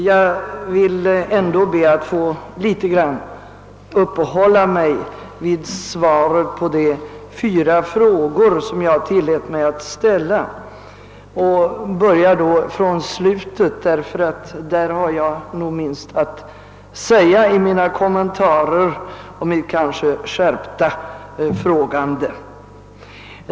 Jag vill ändå något uppehålla mig vid svaret på de fyra frågor, som jag tillät mig att ställa, och börjar då från slutet, därför att jag i den delen har minst att säga 1 mina kommentarer och mitt kanske skärpta frågande.